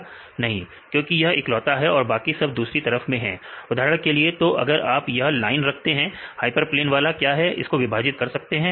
नहीं क्योंकि यह इकलौता है और बाकी सब दूसरी तरफ में है उदाहरण के लिए तो अगर आप यह लाइन रखते हैं हाइपरप्लेन वाला क्या इसको विभाजित कर सकते हैं